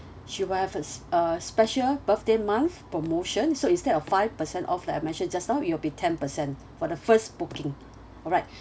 she will have s~ a special birthday month promotion so instead of five percent off like I mentioned just now it will be ten percent for the first booking alright